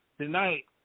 tonight